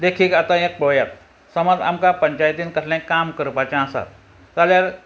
देखीक आतां एक पळयात समज आमकां पंचायतीन कसलेंय काम करपाचें आसा जाल्यार